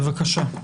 בבקשה.